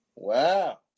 Wow